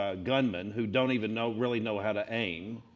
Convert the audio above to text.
ah gunman who don't even know really know how to aim,